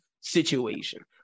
situation